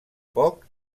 poc